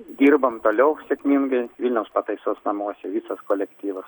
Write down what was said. dirbam toliau sėkmingai vilniaus pataisos namuose visas kolektyvas